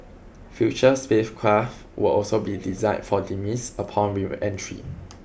future spacecraft will also be designed for demise upon reentry